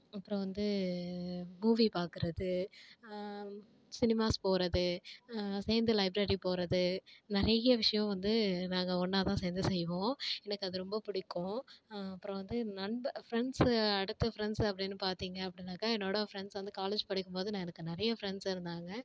அப்புறோம் வந்து மூவி பார்க்கறது சினிமாஸ் போகிறது சேர்ந்து லைப்ரரி போகிறது நெறைய விஷயோம் வந்து நாங்கள் ஒன்றா தான் சேர்ந்து செய்வோம் எனக்கு அது ரொம்ப பிடிக்கும் அப்புறோம் வந்து நண்ப ஃப்ரெண்ட்ஸ்ஸு அடுத்து ஃப்ரெண்ட்ஸ்ஸு அப்படின்னு பார்த்திங்க அப்படின்னாக்கா என்னோடய ஃப்ரெண்ட்ஸ் வந்து காலேஜ் படிக்கும் போது நான் எனக்கு நிறையா ஃப்ரெண்ட்ஸ் இருந்தாங்க